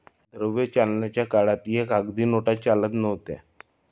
द्रव्य चलनाच्या काळात या कागदी नोटा चालत नव्हत्या